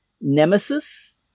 nemesis